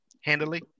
handily